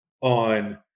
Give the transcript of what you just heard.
on